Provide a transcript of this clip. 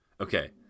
okay